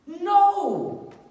No